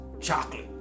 chocolate